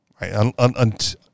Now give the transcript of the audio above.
right